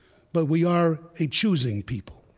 but we are a choosing people.